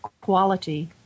quality